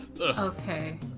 Okay